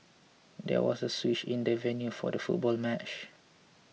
there was a switch in the venue for the football match